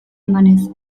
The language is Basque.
emanez